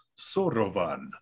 Sorovan